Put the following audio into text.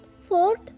Ford